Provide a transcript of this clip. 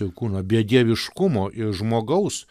ir kūno bedieviškumo ir žmogaus